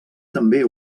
també